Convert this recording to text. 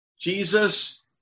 Jesus